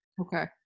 Okay